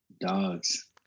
Dogs